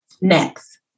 Next